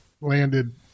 Landed